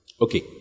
Okay